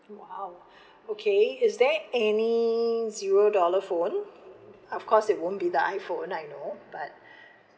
!wow! okay is there any zero dollar phone of course it won't be the iPhone I know but